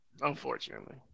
Unfortunately